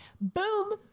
Boom